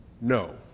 no